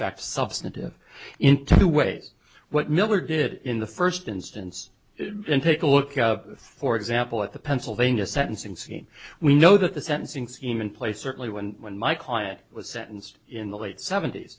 fact substantive in two ways what miller did in the first instance take a look out for example at the pennsylvania sentencing scheme we know that the sentencing scheme in place certainly when when my client was sentenced in the late sevent